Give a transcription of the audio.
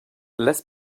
less